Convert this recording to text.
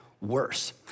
Worse